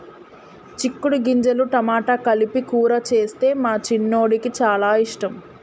చిక్కుడు గింజలు టమాటా కలిపి కూర చేస్తే మా చిన్నోడికి చాల ఇష్టం